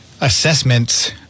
assessments